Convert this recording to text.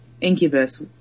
incubus